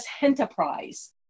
Enterprise